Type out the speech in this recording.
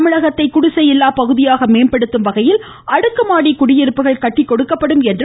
தமிழகத்தை குடிசையில்லா பகுதியாக மேம்படுத்தும் வகையில் அடுக்குமாடி குடியிருப்புகள் கட்டிக்கொடுக்கப்படும் என்றார்